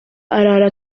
arara